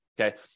Okay